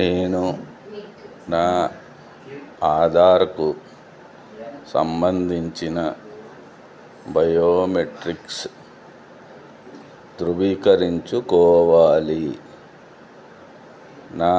నేను నా ఆధార్కు సంబంధించిన బయోమెట్రిక్స్ ధృవీకరించుకోవాలి నా